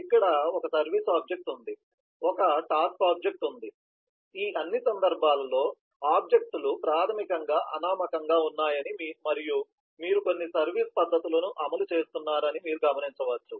ఇక్కడ ఒక service object ఉంది ఒక టాస్క్ ఆబ్జెక్ట్ ఉంది ఈ అన్ని సందర్భాల్లో ఆబ్జెక్ట్ లు ప్రాథమికంగా అనామకంగా ఉన్నాయని మరియు మీరు కొన్ని సర్వీస్ పద్ధతులను అమలు చేస్తున్నారని మీరు గమనించవచ్చు